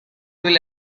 will